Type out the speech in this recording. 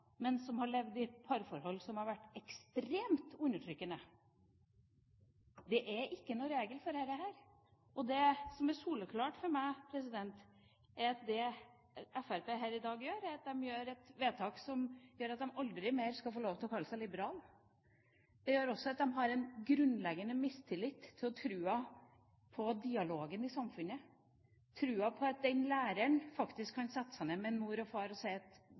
men som har levd i parforhold som har vært ekstremt undertrykkende. Det er ikke noen regel for dette. Det som er soleklart for meg, er at Fremskrittspartiet her i dag fremmer forslag som gjør at de aldri mer skal få lov til å kalle seg liberale. Det viser også at de har en grunnleggende mistillit til troen på dialog i samfunnet, troen på at læreren faktisk kan sette seg ned med en mor og far og si at